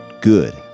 good